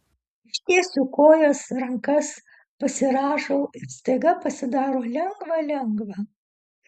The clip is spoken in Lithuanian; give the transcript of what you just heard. ištiesiu kojas rankas pasirąžau ir staiga pasidaro lengva lengva